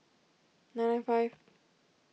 nine nine five